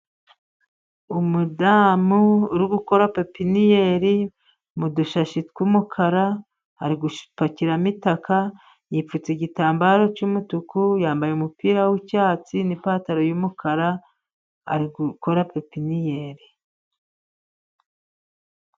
Umudamu uri gukora pepiniyeri mu dushashi twumukara, ari gupakiramo itaka, yipfutse igitambaro cy'umutuku, yambaye umupira w'icyatsi n'ipantaro y'umukara, ari gukora pepiniyere.